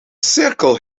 cirkel